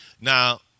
Now